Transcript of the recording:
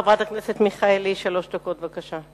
חברת הכנסת אנסטסיה מיכאלי, שלוש דקות, בבקשה.